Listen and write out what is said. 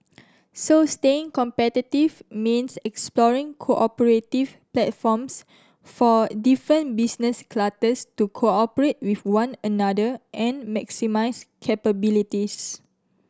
so staying competitive means exploring cooperative platforms for different business clusters to cooperate with one another and maximise capabilities